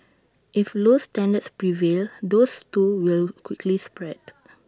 if low standards prevail those too will quickly spread